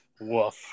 Woof